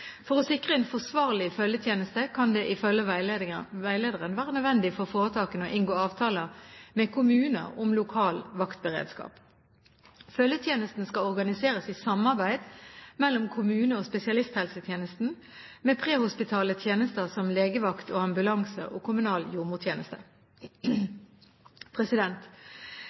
For å sikre en forsvarlig følgetjeneste kan det ifølge veilederen være nødvendig for foretakene å inngå avtaler med kommuner om lokal vaktberedskap. Følgetjenesten skal organiseres i samarbeid mellom kommune- og spesialisthelsetjenesten, med prehospitale tjenester som legevakt og ambulanse og kommunal